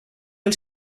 del